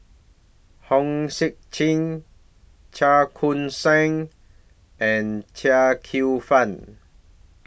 Hong Sek Chern Chua Koon Siong and Chia Kwek Fah